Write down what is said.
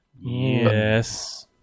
yes